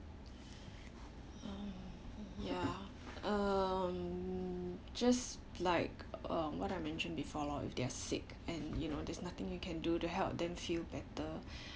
um ya um just like uh what I mentioned before lor if they're sick and you know there's nothing you can do to help them feel better